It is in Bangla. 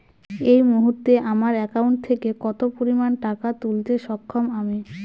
এই মুহূর্তে আমার একাউন্ট থেকে কত পরিমান টাকা তুলতে সক্ষম আমি?